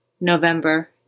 November